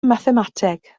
mathemateg